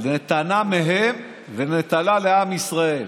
נטלה מהם ונתנה לעם ישראל.